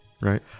right